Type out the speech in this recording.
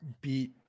beat